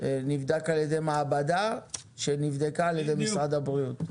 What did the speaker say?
נבדק על ידי מעבדה שנבדקה על ידי משרד הבריאות.